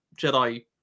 Jedi